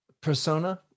Persona